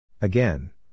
Again